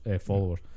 followers